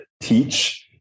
teach